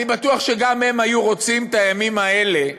אני בטוח שגם הם היו רוצים להקדיש את הימים האלה,